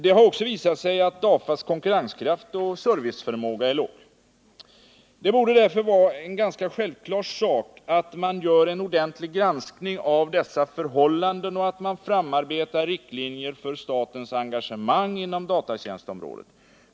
Det har också visat sig att DAFA:s konkurrenskraft och serviceförmåga är låg. Det borde därför vara en ganska självklar sak att man gör en ordentlig granskning av dessa förhållanden och att man framarbetar riktlinjer för statens engagemang inom datatjänstområdet.